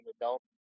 adult